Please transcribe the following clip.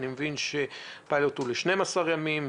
אני מבין שהפיילוט הוא ל-12 ימים,